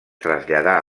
traslladà